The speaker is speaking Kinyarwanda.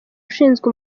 ushinzwe